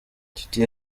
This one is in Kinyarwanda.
titie